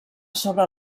sobre